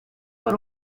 por